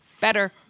better